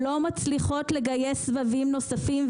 לא מצליחות לגייס סבבים נוספים,